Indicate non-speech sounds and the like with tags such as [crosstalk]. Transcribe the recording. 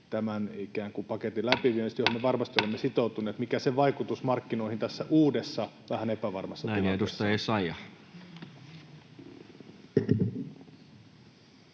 [noise] mihin me varmasti olemme sitoutuneet? Mikä sen vaikutus markkinoihin tässä uudessa vähän epävarmassa tilanteessa on? [Speech